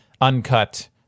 uncut